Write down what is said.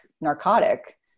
narcotic